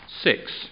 six